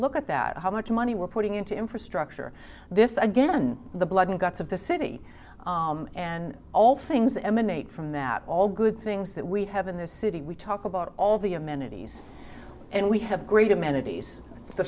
that how much money we're putting into infrastructure this again the blood and guts of the city and all things emanate from that all good things that we have in this city we talk about all the amenities and we have great amenities